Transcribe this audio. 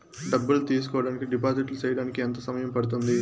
డబ్బులు తీసుకోడానికి డిపాజిట్లు సేయడానికి ఎంత సమయం పడ్తుంది